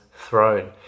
throne